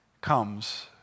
comes